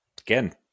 again